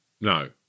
No